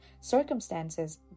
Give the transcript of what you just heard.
circumstances